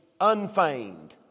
unfeigned